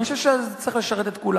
אני חושב שזה צריך לשרת את כולם.